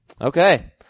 Okay